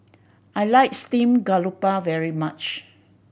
I like steamed garoupa very much